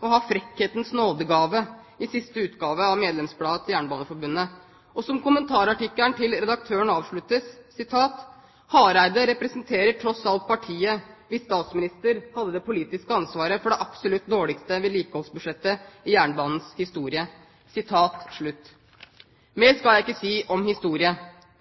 å ha frekkhetens nådegave i siste utgave av medlemsbladet til Jernbaneforbundet. Kommentarartikkelen til redaktøren avsluttes slik: «Hareide representerer tross alt partiet, hvis statsminister hadde det politiske ansvaret for det absolutt dårligste vedlikeholdsbudsjettet i jernbanens historie.» Mer skal jeg ikke si om historie.